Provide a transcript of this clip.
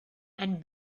and